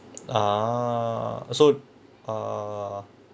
ah so uh